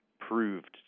proved